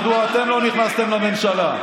מדוע אתם לא נכנסתם לממשלה?